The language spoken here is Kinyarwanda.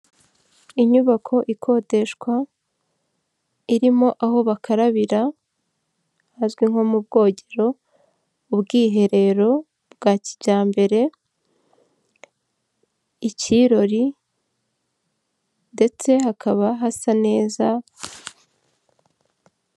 Inyubako ikodeshwa irimo aho bakarabira hazwi nko mu bwogero, ubwiherero bwa kijyambere, ikirori ndetse hakaba hasa neza.